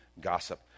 gossip